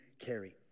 carry